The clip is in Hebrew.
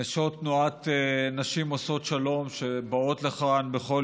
נשות תנועת נשים עושות שלום שבאות לכאן בכל